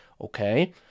Okay